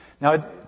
Now